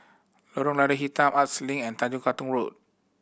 Lorong Lada Hitam Arts Link and Tanjong Katong Road